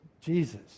Jesus